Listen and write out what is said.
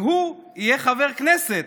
והוא יהיה חבר כנסת,